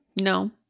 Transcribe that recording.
no